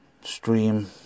stream